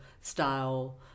style